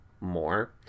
more